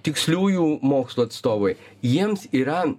tiksliųjų mokslų atstovai jiems yra